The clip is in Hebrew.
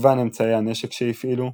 מגוון אמצעי הנשק שהפעילו,